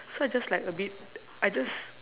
so I just like a bit I just